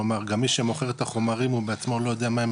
כלומר גם מי שמוכר את החומרים הוא בעצמו לא יודע מה הם